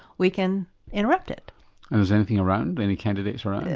we can interrupt it. and is anything around, any candidates around? yeah